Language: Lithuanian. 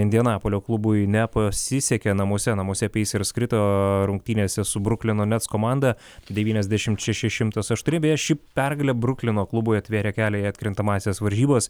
indianapolio klubui nepasisekė namuose namuose peisers krito rungtynėse su bruklino nets komanda devyniasdešimt šeši šimtas aštuoni beje ši pergalė bruklino klubui atvėrė kelią į atkrintamąsias varžybas